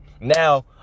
Now